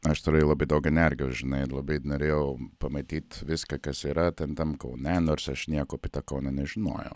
aš turėjau labai daug energijos žinai labai norėjau pamatyt viską kas yra ten tam kaune nors aš nieko apie tą kauną nežinojau